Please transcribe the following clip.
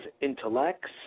intellects